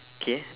okay